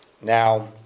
Now